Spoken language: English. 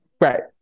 Right